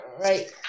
Right